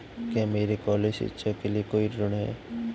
क्या मेरे कॉलेज शिक्षा के लिए कोई ऋण है?